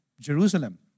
Jerusalem